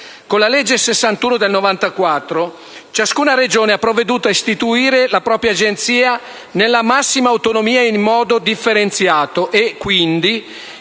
è avvenuto perché ciascuna Regione ha provveduto a istituire la propria Agenzia nella massima autonomia e in modo differenziato e, quindi,